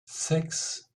sechs